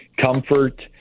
comfort